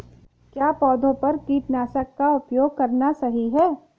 क्या पौधों पर कीटनाशक का उपयोग करना सही है?